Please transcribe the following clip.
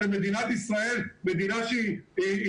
אתם מדינת ישראל, מדינה מפותחת.